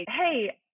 hey